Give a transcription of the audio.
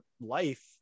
life